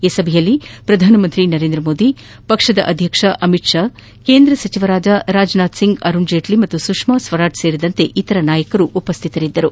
ಈ ಸಭೆಯಲ್ಲಿ ಪ್ರಧಾನಮಂತ್ರಿ ನರೇಂದ್ರ ಮೋದಿ ಪಕ್ಷದ ಅಧ್ಯಕ್ಷ ಅಮಿತ್ ಷಾ ಕೇಂದ್ರ ಸಚಿವರಾದ ರಾಜನಾಥ್ ಸಿಂಗ್ ಅರುಣ್ ಜೇಟ್ಲಿ ಮತ್ತು ಸುಷ್ಮಾ ಸ್ವರಾಜ್ ಸೇರಿದಂತೆ ಇತರ ನಾಯಕರು ಪಾಲ್ಗೊಂಡಿದ್ದರು